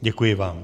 Děkuji vám.